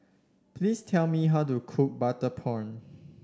please tell me how to cook Butter Prawn